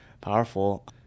powerful